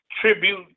tribute